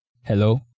Hello